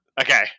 Okay